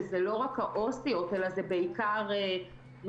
זה לא רק העו"סיות אלא זה בעיקר מדריכים,